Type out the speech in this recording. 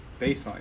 baseline